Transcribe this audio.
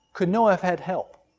could noah have had help?